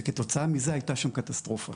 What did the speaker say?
וכתוצאה מזה הייתה שם קטסטרופה.